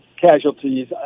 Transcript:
casualties